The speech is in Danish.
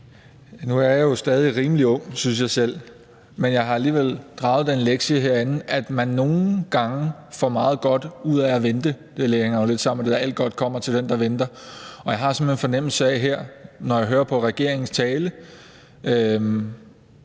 Nu er jeg jo stadig rimelig ung, synes jeg selv, men jeg har alligevel draget den lektie herinde, at man nogle gange får meget godt ud af at vente. Det hænger jo lidt sammen med, at alt godt kommer til den, der venter, og jeg har her, når jeg hører regeringens tale,